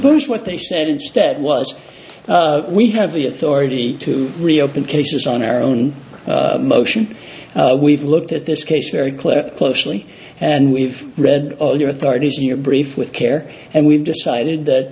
what they said instead was we have the authority to reopen cases on our own motion we've looked at this case very clear closely and we've read all your authorities in your brief with care and we've decided that